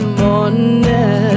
morning